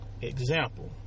example